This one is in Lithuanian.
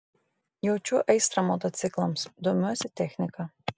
jaučiu aistrą motociklams domiuosi technika